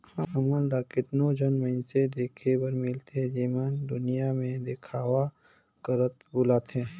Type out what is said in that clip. हमन ल केतनो झन मइनसे देखे बर मिलथें जेमन दुनियां में देखावा करत बुलथें